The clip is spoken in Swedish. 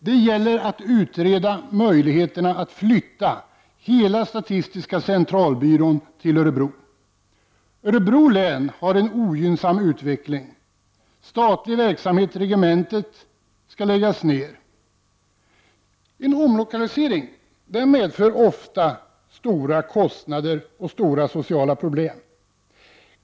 Det gäller att utreda möjligheterna att flytta hela statistiska centralbyrån till Örebro. Örebro län har en ogynnsam utveckling. Statlig verksamhet, regementet, skall läggas ned. En omlokalisering medför ofta stora kostnader och stora sociala problem.